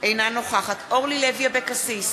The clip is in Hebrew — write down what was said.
אינה נוכחת אורלי לוי אבקסיס,